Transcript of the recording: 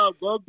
go